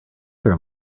their